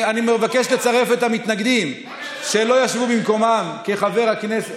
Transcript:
אני מבקש לצרף את המתנגדים שלא ישבו במקומם: חבר הכנסת,